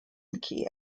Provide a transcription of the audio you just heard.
kiev